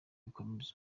gukomeza